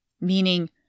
meaning